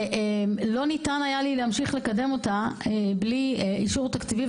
לא ניתן היה לי להמשיך לקדמה בלי אישור תקציבי.